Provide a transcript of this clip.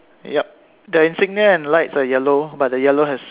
yup the insignia and lights are yellow but the yellow has